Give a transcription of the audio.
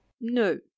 no